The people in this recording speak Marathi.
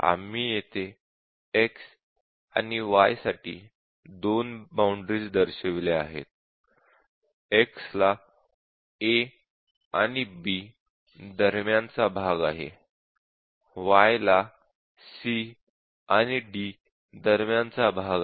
आम्ही येथे x आणि y साठी दोन बाउंडरीज दर्शविल्या आहेत x ला a आणि b दरम्यान चा भाग आहे आणि y ला c आणि d दरम्यान चा भाग आहे